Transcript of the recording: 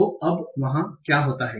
तो अब वहाँ क्या होता है